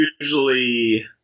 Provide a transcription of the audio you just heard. usually